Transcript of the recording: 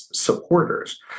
supporters